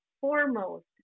foremost